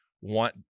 want